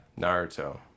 Naruto